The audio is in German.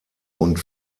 und